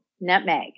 Nutmeg